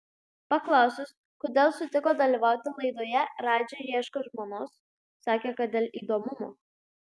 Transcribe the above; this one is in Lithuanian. paklausus kodėl sutiko dalyvauti laidoje radži ieško žmonos sakė kad dėl įdomumo